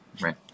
right